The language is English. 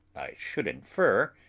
should infer,